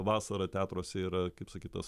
vasarą teatruose yra kaip sakyt tas